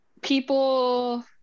people –